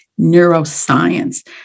neuroscience